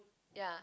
ya